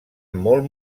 molt